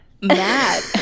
mad